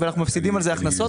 ואנחנו מפסידים על זה הכנסות.